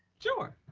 sure.